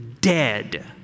dead